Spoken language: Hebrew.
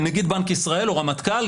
נגיד בנק ישראל או רמטכ"ל,